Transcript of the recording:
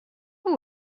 who